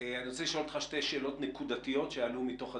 אני רוצה לשאול אותך שתי שאלות נקודתיות שעלו מתוך הדברים.